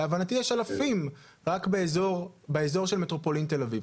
להבנתי יש אלפים רק באזור של מטרופולין תל אביב.